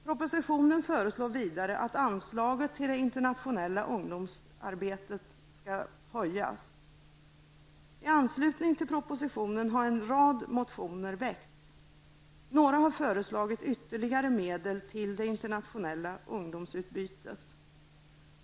Propositionen föreslår vidare att anslaget till det internationella ungdomssamarbetet skall höjas. I anslutning till propositionen har en rad motioner väckts. Några har föreslagit ytterligare medel till det internationella ungdomsutbytet.